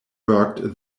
worked